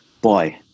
boy